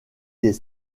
des